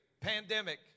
pandemic